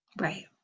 Right